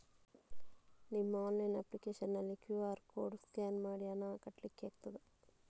ನಿಮ್ಮ online application ನಲ್ಲಿ QR code scan ಮಾಡಿ ಹಣ ಕಟ್ಲಿಕೆ ಆಗ್ತದ?